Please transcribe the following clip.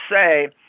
say